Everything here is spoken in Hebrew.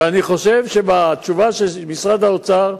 ואני חושב שבתשובה של משרד האוצר,